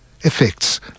effects